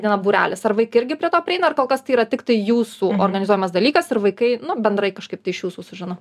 dieną būrelis ar vaikai irgi prie to prieina ar kol kas tai yra tiktai jūsų organizuojamas dalykas ir vaikai nu bendrai kažkaip tai iš jūsų sužino